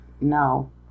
no